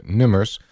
nummers